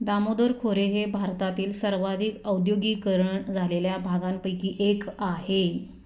दामोदर खोरे हे भारतातील सर्वाधिक औद्योगीकरण झालेल्या भागांपैकी एक आहे